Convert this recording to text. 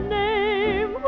name